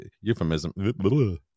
euphemism